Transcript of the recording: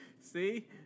See